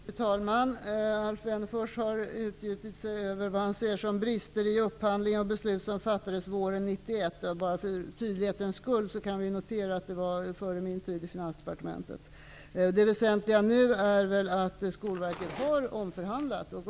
Fru talman! Alf Wennerfors har utgjutit sig över det som han ser som brister i upphandlingen och över beslut som fattades våren 1991. För tydlighetens skull kan det noteras att detta skedde före min tid i Det väsentliga nu är att Skolverket har omförhandlat.